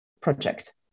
project